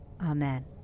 Amen